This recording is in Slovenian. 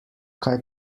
kaj